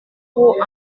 pour